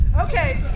Okay